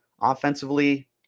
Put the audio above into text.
offensively